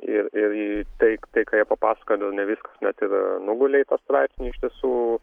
ir ir tai tai ką jie papasakojo dar ne viskas net ir nugulė į tą straipsnį iš tiesų